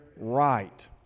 Right